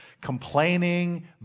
Complaining